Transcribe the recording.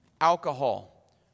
alcohol